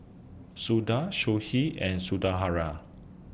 Suda Sudhir and Sundaraiah